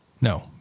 No